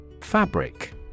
Fabric